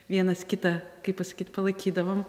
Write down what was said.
vienas kitą kaip pasakyt palaikydavom